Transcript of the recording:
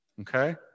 okay